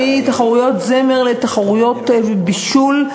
מתחרויות זמר לתחרויות בישול,